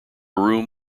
room